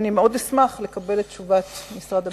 ומאוד אשמח לקבל את תשובת משרד הביטחון.